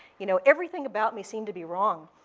you know everything about me seemed to be wrong.